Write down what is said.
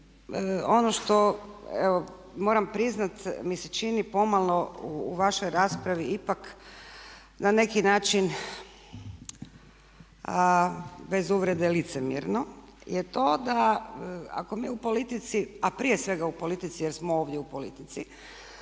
ono što moram priznati mi se čini pomalo u vašoj raspravi ipak na neki način bez uvrede licemjerno je to da ako mi u politici a prije svega u politici jer smo ovdje u politici